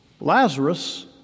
Lazarus